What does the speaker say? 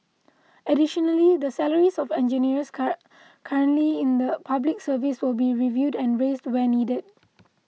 additionally the salaries of engineers cur currently in the Public Service will be reviewed and raised where needed